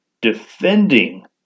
defending